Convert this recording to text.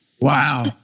Wow